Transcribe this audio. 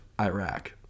Iraq